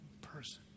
person